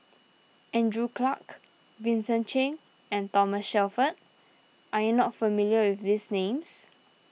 Andrew Clarke Vincent Cheng and Thomas Shelford are you not familiar with these names